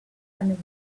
and